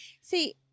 See